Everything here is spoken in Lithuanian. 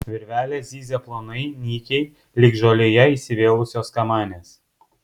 virvelės zyzia plonai nykiai lyg žolėje įsivėlusios kamanės